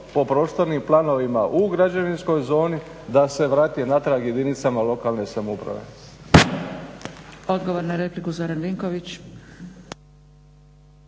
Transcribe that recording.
po prostornim planovima u građevinskoj zoni da se vrati natrag jedinicama lokalne samouprave.